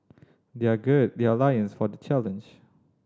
their gird their loins for the challenge